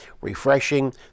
refreshing